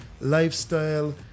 lifestyle